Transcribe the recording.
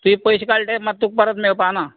तुजें पयशे काडले मात ते तुका परत मेळपाना